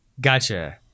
Gotcha